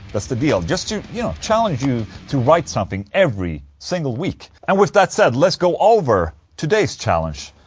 that's the deal, just to you know, challenge you to write something every single week and with that said, let's go over today's challenge